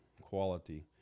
quality